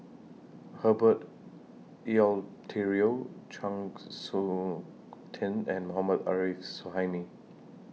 Herbert Eleuterio Chng Seok Tin and Mohammad Arif Suhaimi